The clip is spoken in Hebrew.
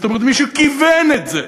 זאת אומרת, מישהו כיוון את זה,